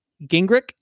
Gingrich